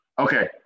Okay